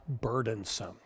burdensome